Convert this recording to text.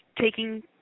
taking